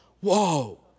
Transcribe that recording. whoa